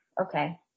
Okay